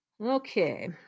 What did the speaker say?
Okay